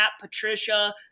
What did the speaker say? Patricia